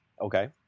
Okay